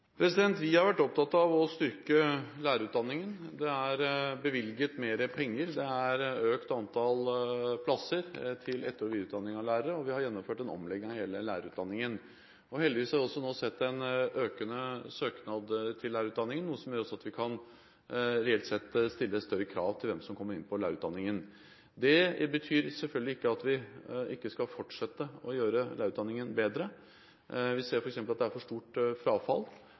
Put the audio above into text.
Vi har vært opptatt av å styrke lærerutdanningen. Det er bevilget mer penger. Antall plasser til etter- og videreutdanning av lærere er økt. Vi har gjennomført en omlegging av hele lærerutdanningen. Heldigvis har vi nå sett en økende søkning til lærerutdanningen, noe som gjør at vi også – reelt sett – kan stille større krav med hensyn til hvem som kommer inn på lærerutdanningen. Det betyr selvfølgelig ikke at vi ikke skal fortsette å gjøre lærerutdanningen bedre. Vi ser f.eks. at det er for stort frafall.